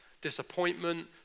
disappointment